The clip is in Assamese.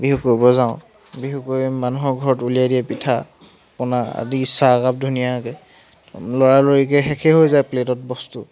বিহু কৰিব যাওঁ বিহু কৰি মানুহৰ ঘৰত উলিয়াই দিয়ে পিঠা পনা আদি চাহকাপ ধুনীয়াকৈ লৰালৰিকৈ শেষেই হৈ যায় প্লেটত বস্তু